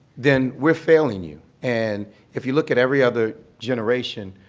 then we're failing you. and if you look at every other generation,